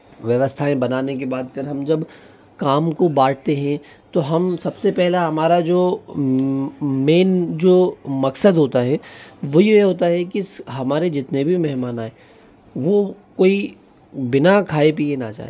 व्यवस्थाएं बनाने के बाद फिर हम जब काम को बाँटते हैं तो हम सबसे पहला हमारा जो मेन जो मकसद होता है वह यह होता है कि हमारे जितने भी मेहमान आएं वो कोई बिना खाए पिए ना जाए